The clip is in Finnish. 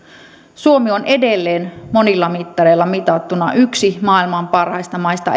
suomi on edelleen monilla mittareilla mitattuna yksi maailman parhaista maista